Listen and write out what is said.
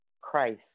Christ